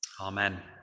Amen